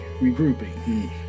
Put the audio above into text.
regrouping